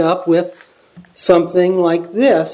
up with something like this